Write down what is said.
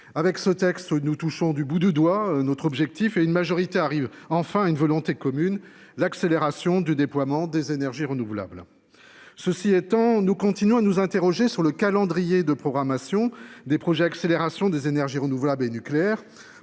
Avec ce texte nous touchons du bout du doigt. Notre objectif est une majorité arrive enfin une volonté commune. L'accélération du déploiement des énergies renouvelables. Ceci étant, nous continuons à nous interroger sur le calendrier de programmations des projets accélération des énergies renouvelables et nucléaire